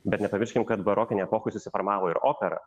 bet nepamirškim kad barokinėje epochoj susiformavo ir opera